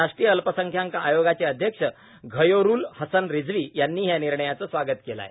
राष्ट्रीय अल्पसंख्यांक आयोगाचे अध्यक्ष घयोरूल हसन रिझवी यांनीही या निर्णयाचं स्वागत केलं आहे